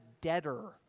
debtor